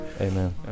Amen